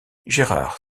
gerhard